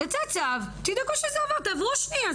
יצא צו, תדאגו שזה יעבור, תעברו שנייה.